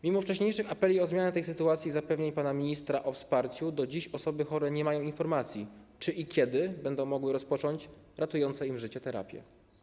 Mimo wcześniejszych apeli o zmianę tej sytuacji i zapewnień pana ministra o wsparciu do dziś osoby chore nie mają informacji, czy i kiedy będą mogły rozpocząć ratujące im życie terapie.